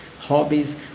hobbies